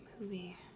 Movie